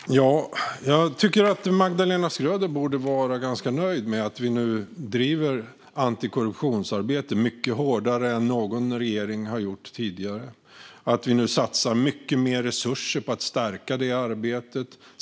Fru talman! Jag tycker att Magdalena Schröder borde vara ganska nöjd med att vi nu driver antikorruptionsarbete mycket hårdare än någon regering har gjort tidigare och att vi nu satsar mycket mer resurser på att stärka detta arbete.